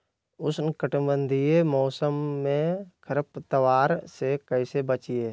उष्णकटिबंधीय मौसम में खरपतवार से कैसे बचिये?